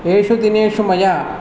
एषु दिनेषु मया